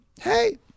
hey